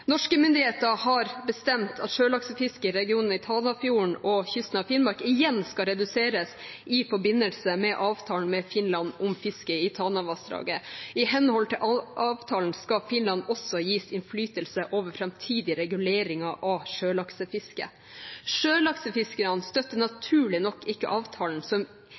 Norske myndigheter har bestemt at sjølaksefisket i regionen i Tanafjorden og på kysten av Finnmark igjen skal reduseres i forbindelse med avtalen med Finland om fiske i Tanavassdraget. I henhold til avtalen skal Finland også gis innflytelse over framtidige reguleringer av sjølaksefisket. Sjølaksefiskerne støtter naturlig nok ikke avtalen, som